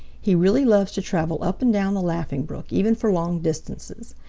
he really loves to travel up and down the laughing brook, even for long distances.